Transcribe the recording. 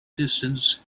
distance